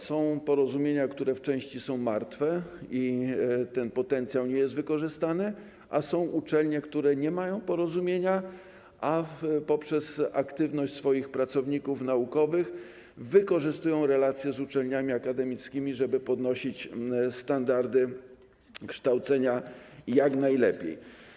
Są porozumienia, które w części są martwe, i ten potencjał nie jest wykorzystany, a są uczelnie, które nie zawarły porozumień, a poprzez aktywność swoich pracowników naukowych wykorzystują relacje z uczelniami akademickimi, żeby podnosić standardy kształcenia, kształcić jak najlepiej.